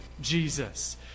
Jesus